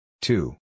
Two